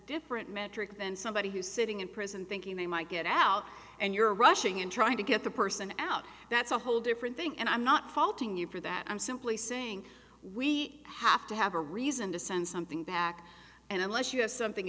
different metric then somebody who's sitting in prison thinking they might get out and you're rushing in trying to get the person out that's a whole different thing and i'm not faulting you for that i'm simply saying we have to have a reason to send something back and unless you have something